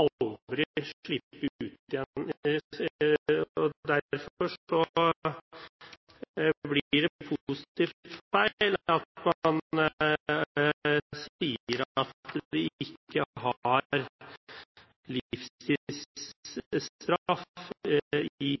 aldri slippe ut igjen. Derfor blir det positivt feil at man sier at vi ikke har livstidsstraff i